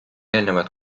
eelnevalt